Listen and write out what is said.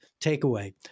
takeaway